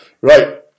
Right